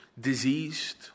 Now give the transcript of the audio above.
diseased